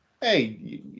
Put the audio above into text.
Hey